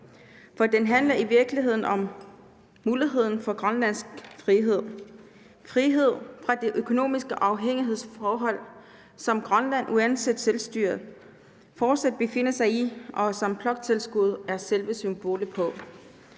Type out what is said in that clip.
For den handler i virkeligheden om muligheden for grønlandsk frihed. Frihed fra det økonomiske afhængighedsforhold, som Grønland – uanset selvstyret – fortsat befinder sig i, og som bloktilskuddet er selve symbolet på.